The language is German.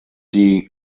die